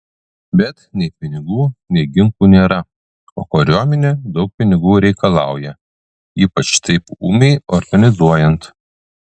bet nei pinigų nei ginklų nėra o kariuomenė daug pinigų reikalauja ypač taip ūmiai organizuojant